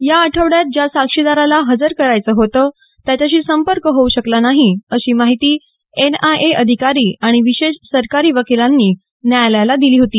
या आठवड्यात ज्या साक्षीदाराला हजर करायचं होतं त्याच्याशी संपर्क होऊ शकला नाही अशी माहिती एनआयए अधिकारी आणि विशेष सरकारी वकिलांनी न्यायालयाला दिली होती